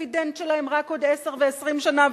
הדיבידנד שלהן רק בעוד עשר ו-20 שנה,